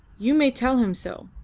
you may tell him so.